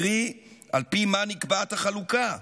קרי: על פי מה נקבעת החלוקה,